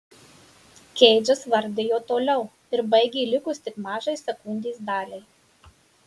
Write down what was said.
keidžas vardijo toliau ir baigė likus tik mažai sekundės daliai